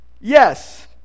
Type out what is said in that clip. Yes